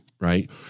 right